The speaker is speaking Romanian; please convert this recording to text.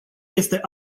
este